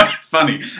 funny